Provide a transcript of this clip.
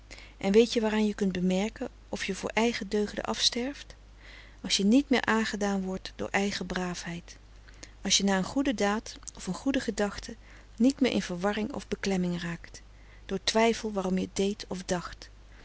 en weet je waaraan je kunt bemerken of je voor eigen deugden afsterft als je niet meer aangedaan wordt door eigen braafheid als je na een goede daad of een goede gedachte niet meer in verwarring of beklemming raakt door twijfel waarom je t deed of dacht